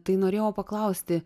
tai norėjau paklausti